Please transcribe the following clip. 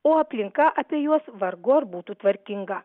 o aplinka apie juos vargu ar būtų tvarkinga